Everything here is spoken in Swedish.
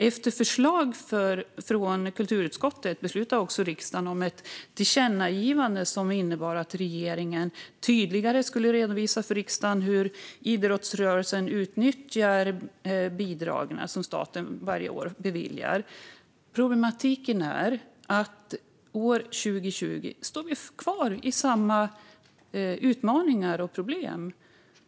Efter förslag från kulturutskottet beslutade riksdagen om ett tillkännagivande som innebar att regeringen tydligare skulle redovisa för riksdagen hur idrottsrörelsen utnyttjar de bidrag som staten varje år beviljar. Problematiken är att vi år 2020 står kvar i samma utmaningar och problem.